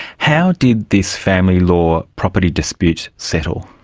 how did this family law property dispute settle?